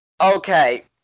okay